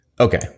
Okay